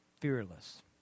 Fearless